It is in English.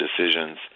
decisions